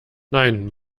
nein